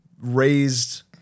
raised